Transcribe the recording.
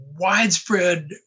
widespread